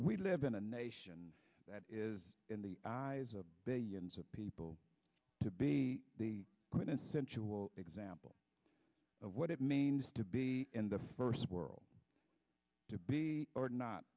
we live in a nation that is in the eyes of billions of people to be the quintessential example of what it means to be in the first world to be or not